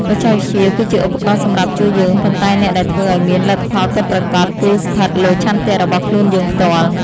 បច្ចេកវិទ្យា គឺជាឧបករណ៍សម្រាប់ជួយយើងប៉ុន្តែអ្នកដែលធ្វើឱ្យមានលទ្ធផលពិតប្រាកដ គឺស្ថិតលើឆន្ទៈរបស់ខ្លួនយើងផ្ទាល់។